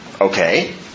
Okay